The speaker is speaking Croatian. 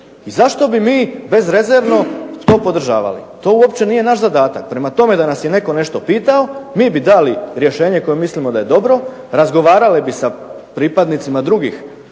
i zašto bi mi bezrezervno to podržavali. To uopće nije naš zadatak. Prema tome, da nas je netko nešto pitao mi bi dali rješenje koje mislimo da je dobro, razgovarali bi sa pripadnicima drugih